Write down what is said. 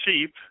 cheap